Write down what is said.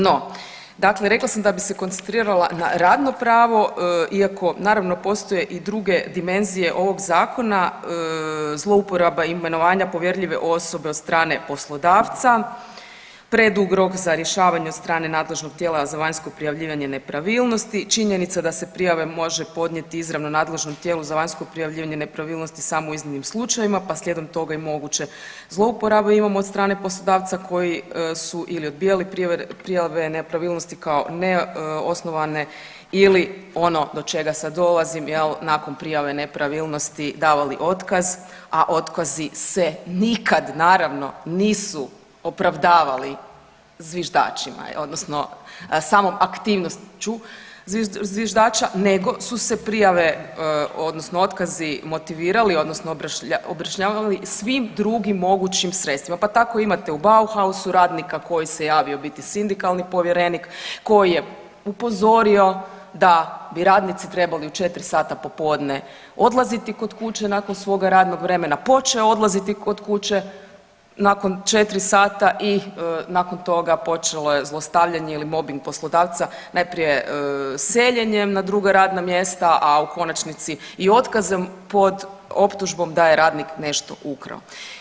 No, dakle rekla sam da bi se koncentrirala na radno pravo iako naravno postoje i druge dimenzije ovog zakona zlouporaba imenovanja povjerljive osobe od strane poslodavca, predug rok za rješavanje od strane nadležnog tijela za vanjsko prijavljivanje nepravilnosti, činjenica da se prijave može podnijet izravno nadležnom tijelu za vanjsko prijavljivanje nepravilnosti samo u iznimnim slučajevima, pa slijedom toga je i moguće zlouporaba, imamo od strane poslodavca koji su ili odbijali prijave nepravilnosti kao neosnovane ili ono do čega sad dolazim jel nakon prijave nepravilnosti davali otkaz, a otkazi se nikad naravno nisu opravdavali zviždačima jel odnosno samom aktivnošću zviždača nego su se prijave odnosno otkazi motivirali odnosno objašnjavali svim drugim mogućim sredstvima, pa tako imate u Bauhausu radnika koji se javio biti sindikalni povjerenik, koji je upozorio da bi radnici trebali u 4 sata popodne odlaziti kod kuće nakon svoga radnog vremena, počeo odlaziti kod kuće nakon 4 sata i nakon toga počelo je zlostavljanje ili mobing poslodavca najprije seljenjem na druga radna mjesta, a u konačnici i otkazom pod optužbom da je radnik nešto ukrao.